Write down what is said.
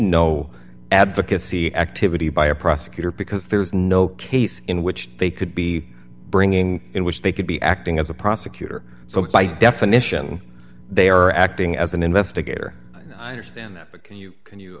no advocacy activity by a prosecutor because there is no case in which they could be bringing in which they could be acting as a prosecutor so quite definition they are acting as an investigator i understand that but can you can you